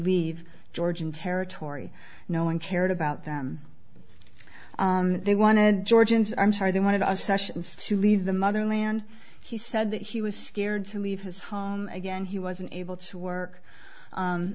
leave georgian territory no one cared about them they want to georgians i'm sorry they wanted our sessions to leave the motherland he said that he was scared to leave his home again he wasn't able to work